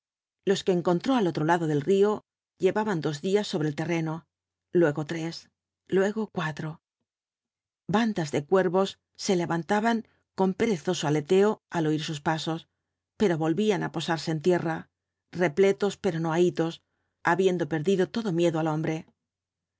los que encontró al otro lado del río llevaban dos días sobre el terreno luego tres luego cuatro bandas de cuervos se levantaban con perezoso aleteo a oir sus pasos pero volvían á posarsen tierra repletos pero no ahitos habiendo perdido todo miedo al hombre